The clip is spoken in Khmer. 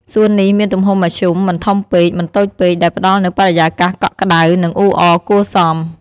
សួននេះមានទំហំមធ្យម មិនធំពេក មិនតូចពេក ដែលផ្ដល់នូវបរិយាកាសកក់ក្ដៅ និងអ៊ូអរគួរសម។